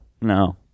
no